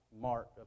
mark